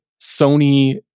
Sony